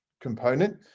component